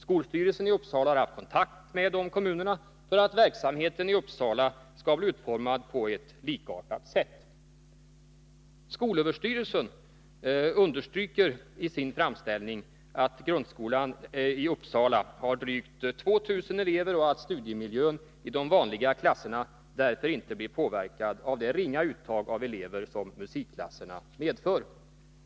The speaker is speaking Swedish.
Skolstyrelsen i Uppsala har haft kontakt med dessa kommuner för att verksamheten i Uppsala skall bli utformad på ett likartat sätt. Skolstyrelsen understryker i sin framställning att grundskolan i Uppsala har drygt 2000 elever och att studiemiljön i de vanliga klasserna därför inte blir påverkad av det ringa uttag av elever som musikklasserna medför.